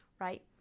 right